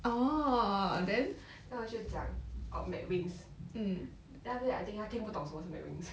then 我就讲 err mcwings then after that I think 他听不懂什么是 mcwings